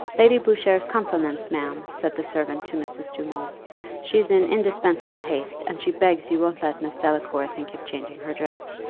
lady boucher's compliments, ma'am, said the servant to mrs. dumont she's in indispensable haste, and she begs you won't let miss delacour think of changing her dress.